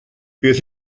beth